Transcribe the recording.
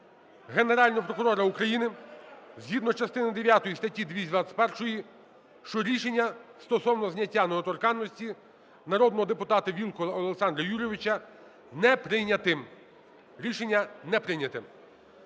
Генерального прокурора України: згідно частини дев'ятої статті 221, що рішення стосовно зняття недоторканності з народного депутата Вілкула Олександра Юрійовича неприйнятим. Рішення не прийнято.